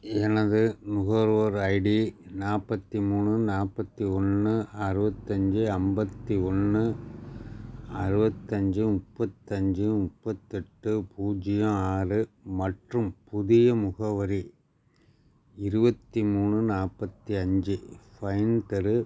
எனது நுகர்வோர் ஐடி நாற்பத்தி மூணு நாற்பத்தி ஒன்று அறுபத்தஞ்சு ஐம்பத்தி ஒன்று அறுபத்தஞ்சு முப்பத்தஞ்சு முப்பத்தெட்டு பூஜ்ஜியம் ஆறு மற்றும் புதிய முகவரி இருபத்தி மூணு நாற்பத்தி அஞ்சு ஃபைன் தெரு